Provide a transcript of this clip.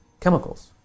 chemicals